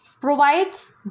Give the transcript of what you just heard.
provides